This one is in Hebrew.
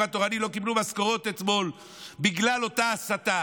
התורני לא קיבלו משכורות אתמול בגלל אותה הסתה.